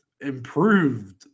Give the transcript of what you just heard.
Improved